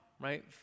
right